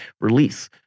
release